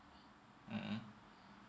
mmhmm